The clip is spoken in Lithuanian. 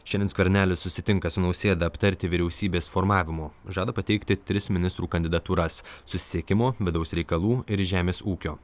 šiandien skvernelis susitinka su nausėda aptarti vyriausybės formavimo žada pateikti tris ministrų kandidatūras susisiekimo vidaus reikalų ir žemės ūkio